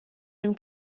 dem